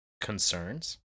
concerns